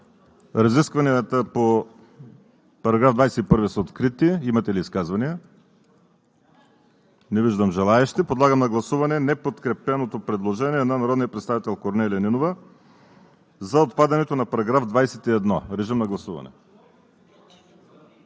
Разискванията по § 21 са открити. Имате ли изказвания? Не виждам желаещи. Подлагам на гласуване неподкрепеното предложение на народния представител Корнелия Нинова за отпадане на § 21. Гласували